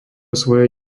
svoje